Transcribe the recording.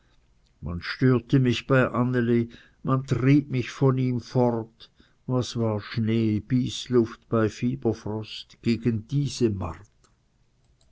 man störte mich bei anneli man trieb mich von ihm fort was war schnee bysluft bei fieberfrost gegen diese marter